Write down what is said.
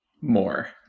More